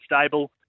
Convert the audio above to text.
Stable